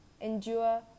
endure